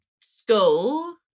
school